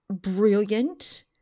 brilliant